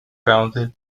founded